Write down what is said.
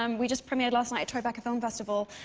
um we just premiered last night at tribeca film festival.